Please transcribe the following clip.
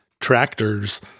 tractors